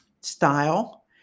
style